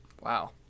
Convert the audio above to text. Wow